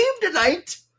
tonight